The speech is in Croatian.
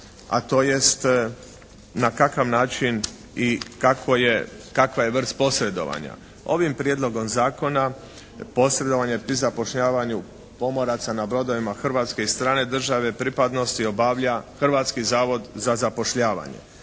a to jest na kakav način i kakvo je, kakva je vrsta posredovanja. Ovim Prijedlogom zakona posredovanje pri zapošljavanju pomoraca na brodovima hrvatske i strane države pripadnosti obavlja Hrvatski zavod za zapošljavanje.